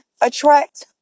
attract